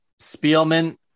Spielman